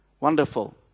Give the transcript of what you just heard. Wonderful